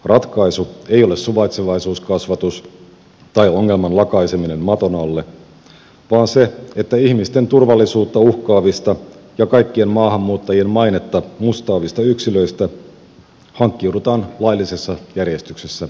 ratkaisu ei ole suvaitsevaisuuskasvatus tai ongelman lakaiseminen maton alle vaan se että ihmisten turvallisuutta uhkaavista ja kaikkien maahanmuuttajien mainetta mustaavista yksilöistä hankkiudutaan laillisessa järjestyksessä eroon